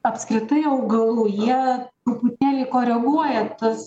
apskritai augalų jie truputėlį koreguoja tuos